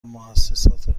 موسسات